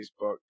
Facebook